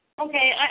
Okay